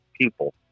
people